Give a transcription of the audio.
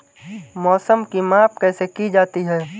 मौसम की माप कैसे की जाती है?